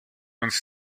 uns